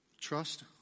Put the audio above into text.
trust